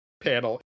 panel